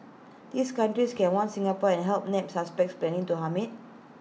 these countries can warn Singapore and help nab suspects planning to harm IT